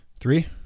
Three